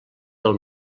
del